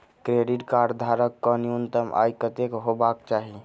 Credit card धारक कऽ न्यूनतम आय कत्तेक हेबाक चाहि?